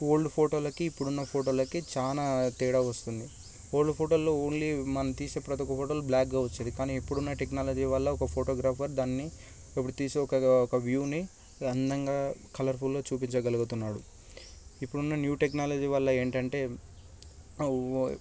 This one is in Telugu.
ఓల్డ్ ఫోటోలకి ఇప్పుడున్న ఫోటోలుకి చాలా తేడా వస్తుంది ఓల్డ్ ఫోటోలో ఓన్లీ మనం తీసే ప్రతి ఒక్క ఫోటోలు బ్ల్యాక్గా వచ్చేవి కానీ ఇప్పుడున్న టెక్నాలజీ వల్ల ఒక ఫోటోగ్రాఫర్ దాన్ని ఇప్పుడు తీసే ఒక ఒక వ్యూని అందంగా కలర్ఫుల్గా చూపించగలగతున్నాడు ఇప్పుడున్న న్యూ టెక్నాలజీ వల్ల ఏంటంటే